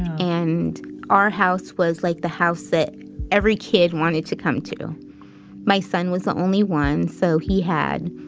and our house was like the house that every kid wanted to come to my son was the only one, so he had,